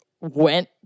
went